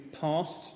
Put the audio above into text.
past